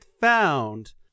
found